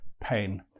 pain